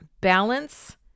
Balance